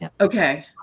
okay